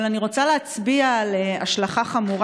אבל אני רוצה להצביע על השלכה חמורה